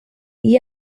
gli